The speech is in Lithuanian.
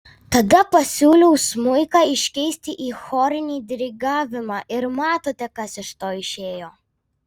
tada pasiūliau smuiką iškeisti į chorinį dirigavimą ir matote kas iš to išėjo